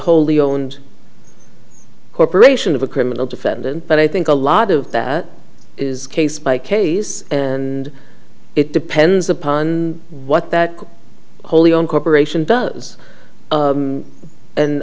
wholly owned corporation of a criminal defendant but i think a lot of that is case by case and it depends upon what that wholly owned corporation does